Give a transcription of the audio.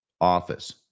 office